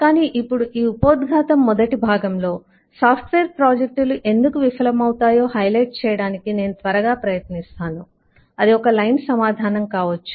కానీ ఇప్పుడు ఈ ఉపోద్ఘాతం మొదటి భాగంలో సాఫ్ట్వేర్ ప్రాజెక్టులు ఎందుకు విఫలమవుతాయో హైలైట్ చేయడానికి నేను త్వరగా ప్రయత్నిస్తాను అది ఒక లైన్ సమాధానం కావచ్చు